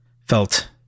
felt